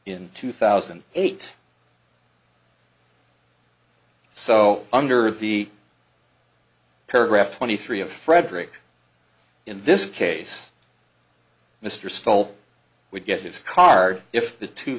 in two thousand and eight so under the paragraph twenty three of frederick in this case mr stoll would get his card if the two